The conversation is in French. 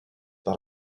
par